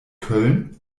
köln